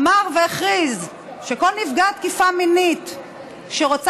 אמר והכריז שכל נפגעת תקיפה מינית שרוצה